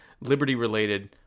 liberty-related